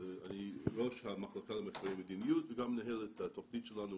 אני ראש המחלקה למחקרי מדיניות וגם מנהל את התוכנית שלנו